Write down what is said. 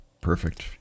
perfect